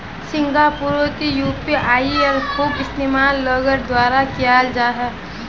सिंगापुरतो यूपीआईयेर खूब इस्तेमाल लोगेर द्वारा कियाल जा छे